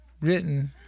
written